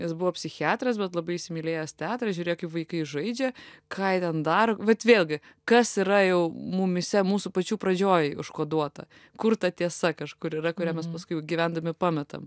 jis buvo psichiatras bet labai įsimylėjęs teatrą žiūrėjo kaip vaikai žaidžia ką jie ten daro vat vėlgi kas yra jau mumyse mūsų pačių pradžioj užkoduota kur ta tiesa kažkur yra kurią mes paskui gyvendami pametam